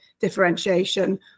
differentiation